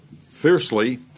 fiercely